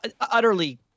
Utterly